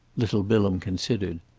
little bilham considered.